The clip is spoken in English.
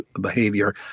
behavior